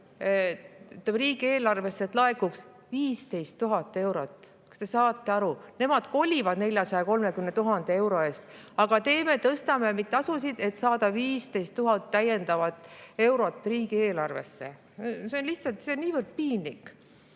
riigieelarvesse laekuvat 15 000 eurot. Kas te saate aru? Nemad kolivad 430 000 euro eest, aga tõstame neid tasusid, et saada 15 000 täiendavat eurot riigieelarvesse. See on lihtsalt niivõrd piinlik.